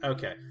Okay